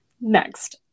Next